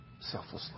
selflessly